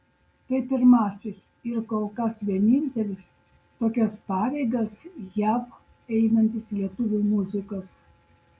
tai pirmasis ir kol kas vienintelis tokias pareigas jav einantis lietuvių muzikas